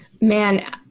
man